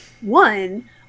One